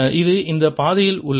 இது இந்த பாதையில் உள்ளது